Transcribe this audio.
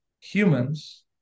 humans